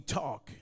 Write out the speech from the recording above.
talk